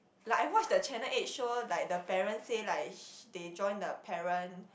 like I watch the channel eight show like the parent say like sh~ they join the parent